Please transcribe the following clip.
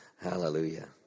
Hallelujah